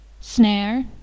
Snare